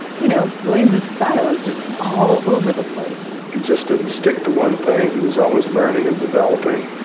you know williams' style is just all over the place he just didn't stick to one thing. he was always learning and developing,